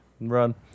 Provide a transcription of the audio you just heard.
run